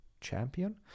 champion